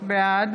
בעד